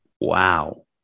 Wow